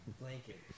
Blanket